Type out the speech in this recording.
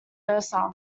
versa